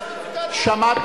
אני חושב שאני אמקד